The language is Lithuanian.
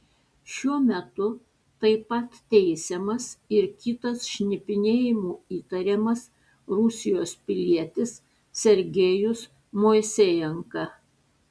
šiuo metu taip pat teisiamas ir kitas šnipinėjimu įtariamas rusijos pilietis sergejus moisejenka